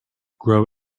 grow